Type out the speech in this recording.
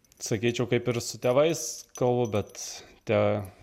sakyčiau kaip ir su tėvais kalu bet te